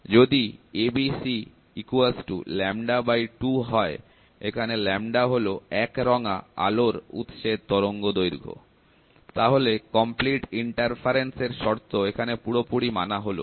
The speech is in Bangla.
যদি 'abc' 2 হয় এখানে হল একরঙা আলোর উৎসের তরঙ্গদৈর্ঘ্য তাহলে সম্পূর্ণ প্রতিবন্ধক এর শর্ত এখানে পুরোপুরি মানা হলো